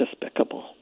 despicable